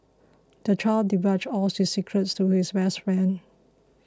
the child divulged all his secrets to his best friend